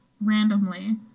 randomly